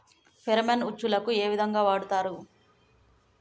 Pheromone ఉచ్చులకు ఏ విధంగా వాడుతరు?